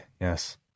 Yes